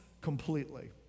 completely